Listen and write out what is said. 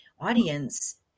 audience